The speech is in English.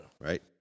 Right